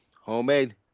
Homemade